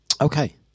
Okay